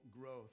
growth